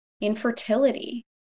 infertility